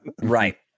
Right